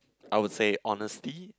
I would say honesty